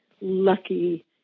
lucky